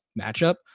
matchup